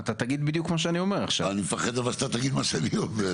אתה תגיד בדיוק מה שאני אומר עכשיו.